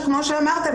שכמו שאמרתם,